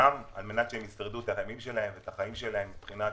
שישרדו את החיים שלהם כלכלית.